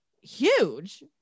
huge